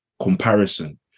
comparison